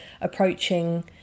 approaching